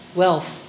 wealth